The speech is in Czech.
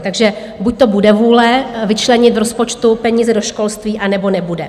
Takže buďto bude vůle vyčlenit v rozpočtu peníze do školství, a nebo nebude.